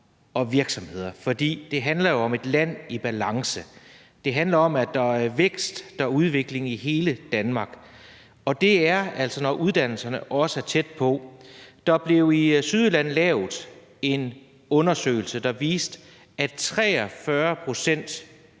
og virksomheder. For det handler jo om et land i balance, og det handler om, at der er vækst, og at der er udvikling i hele Danmark, og det er der altså også, når uddannelserne er tæt på. Der blev i Sydjylland lavet en undersøgelse, der viste, at 43 pct.